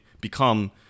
become